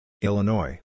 Illinois